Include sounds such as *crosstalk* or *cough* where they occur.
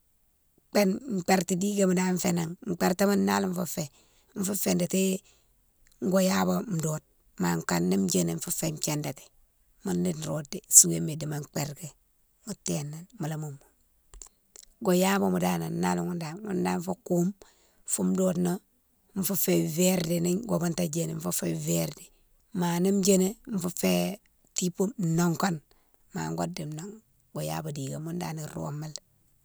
*hesitation* mperti dikema dane fénan, mpertema nalé mounne dane fou fé, fou fé dikdi gouyabé dode ma kane ni djini fou fé thiandati mouné nro souwéma dimo mperti, mo témi mola moumou. goyabema danan nalé mounne dane, mounne dane fé koume fo dode na fou fé verdi ni go bounta djini fou fé verdi ma ni djini fou fé tibou nongane ma gouwa di non goyabe diké mounne dane iromi lé.